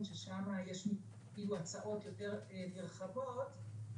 האמת היא שסיימנו את המליאה הסוערת הרבה אחרי זמן קריאת שמע של